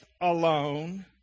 alone